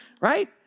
right